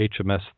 HMS